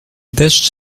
deszcz